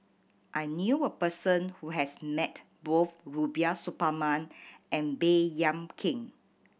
I knew a person who has met both Rubiah Suparman and Baey Yam Keng